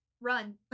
run